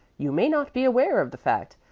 you may not be aware of the fact,